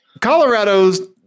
Colorado's